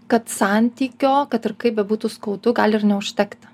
kad santykio kad ir kaip bebūtų skaudu gali ir neužtekti